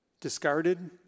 discarded